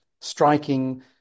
striking